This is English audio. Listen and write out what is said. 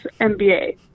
MBA